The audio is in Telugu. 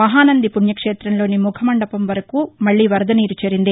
మహానంది పుణ్యక్షేతంలోని ముఖమండపం వరకు మల్లీ వరద నీరు చేరింది